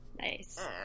Nice